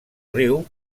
riu